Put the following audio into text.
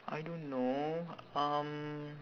I don't know um